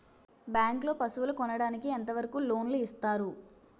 Bank లో పశువుల కొనడానికి ఎంత వరకు లోన్ లు ఇస్తారు?